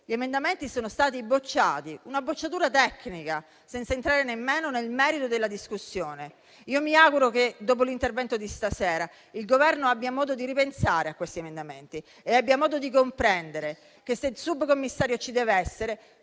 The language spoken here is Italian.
gli emendamenti sono stati bocciati tecnicamente, senza entrare nemmeno nel merito della discussione. Mi auguro che, dopo l'intervento di stasera, il Governo abbia modo di ripensare a quegli emendamenti e di comprendere che, se subcommissario ci deve essere,